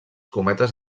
cometes